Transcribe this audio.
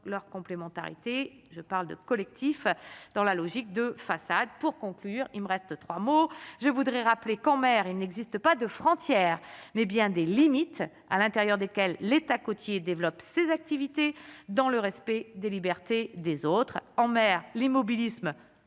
l'leur complémentarité, je parle de collectif dans la logique de façade pour conclure, il me reste 3 mots, je voudrais rappeler qu'en mer, il n'existe pas de frontières, mais bien des limites à l'intérieur desquelles l'État côtier développe ses activités dans le respect des libertés des autres en mer l'immobilisme